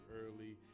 early